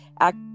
act